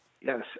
Yes